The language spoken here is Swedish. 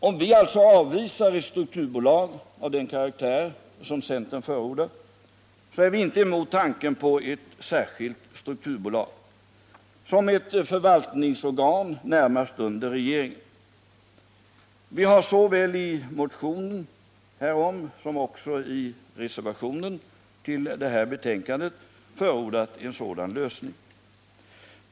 Om vialltså avvisar ett strukturbolag av den karaktär som centern förordat, så är vi däremot inte emot tanken på ett särskilt strukturbolag som ett förvaltningsorgan närmast under regeringen. Vi har såväl i motion härom som i reservationen vid detta betänkande förordat en sådan lösning.